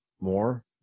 more